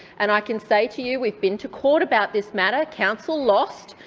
and i can say to you we've been to court about this matter. council lost.